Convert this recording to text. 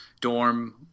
dorm